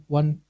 one